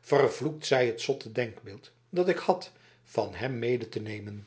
vervloekt zij het zotte denkbeeld dat ik had van hem mede te nemen